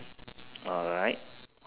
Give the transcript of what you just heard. alright